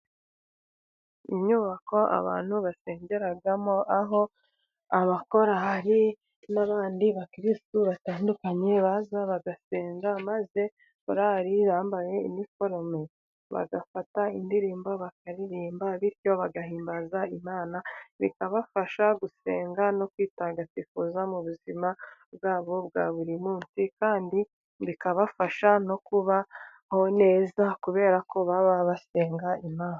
Inyubako abantu basengeramo ,aho abakorari n'abandi bakiristu batandukanye baza bagasenga ,maze korali bambaye iniforume, bagafata indirimbo bakaririmba, bityo bagahimbaza Imana bikabafasha gusenga no kwitagatifuza mu buzima bwabo bwa buri munsi ,kandi bikabafasha no kubaho neza ,kubera ko baba basenga Imana .